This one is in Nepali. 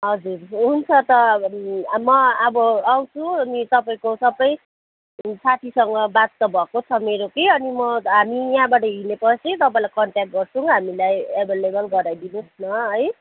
हजुर हुन्छ त म अब आउँछु अनि तपाईँको सबै साथीसँग बात त भएको छ मेरो कि अनि म हामी यहाँबाट हिँडेपछि तपाईँलाई कन्ट्याक्ट गर्छौँ हामीलाई एभाइलेबल गराइदिनुहोस् न है